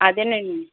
అదేనండి